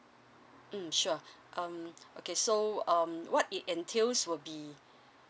mm sure um okay so um what it entails will be